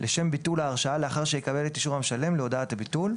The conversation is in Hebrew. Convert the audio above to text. לשם ביטול ההרשאה לאחר שיקבל את אישור המשלם להודעת הביטול,